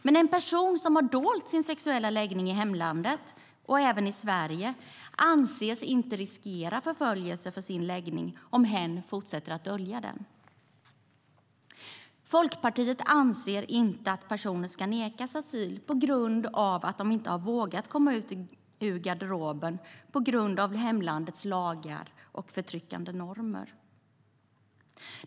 Men en person som har dolt sin sexuella läggning i hemlandet men även i Sverige anses inte riskera förföljelse för sin läggning om hen fortsätter att dölja den. Folkpartiet anser inte att personer ska nekas asyl för att de inte vågat komma ut ur garderoben på grund av hemlandets lagar och förtryckande normer.